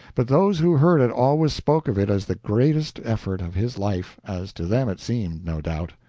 but those who heard it always spoke of it as the greatest effort of his life, as to them it seemed, no doubt.